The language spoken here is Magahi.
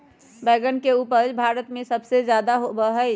बैंगन के उपज भारत में सबसे ज्यादा होबा हई